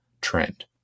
trend